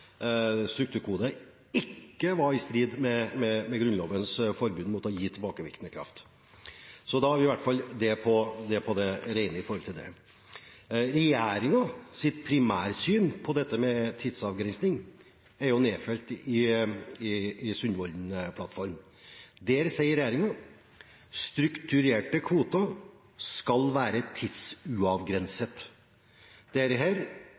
ikke var i strid med Grunnlovens forbud mot å gi en lov tilbakevirkende kraft. Da er i hvert fall det på det rene. Regjeringens primærsyn på det med tidsavgrensning er nedfelt i Sundvolden-plattformen. Der sier regjeringen at «strukturerte kvoter skal være tidsubegrenset». Dette ville likestilt tildeling av strukturkvoter med tildeling av grunnkvoter, altså den kvoten som tildeles i kraft av at det